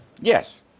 Yes